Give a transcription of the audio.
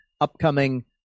upcoming